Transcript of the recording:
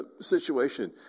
situation